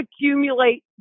accumulate